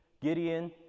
Gideon